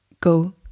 go